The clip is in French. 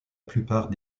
plupart